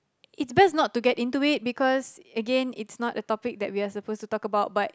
it's best not to get into it because again it's not a topic that we are supposed to talk about but